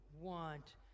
want